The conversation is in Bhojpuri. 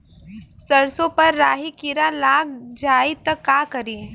सरसो पर राही किरा लाग जाई त का करी?